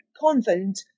convent